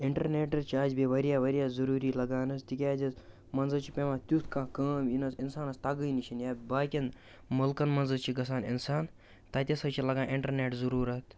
internet حظ اَسہِ بیٚیہِ واریاہ واریاہ ضٔروٗری لَگان حظ تِکیٛازِ حظ منٛزٕ حظ چھِ پٮ۪وان تیُتھ کانٛہہ کٲم یہِ نہٕ حظ اِنسانَس تَگٲنی چھِنہٕ یا باقیَن مُلکَن منٛز حظ چھِ گژھان اِنسان تَتہِ ہسا حظ چھِ لگان اِنٹَرنٮ۪ٹ ضٔروٗرت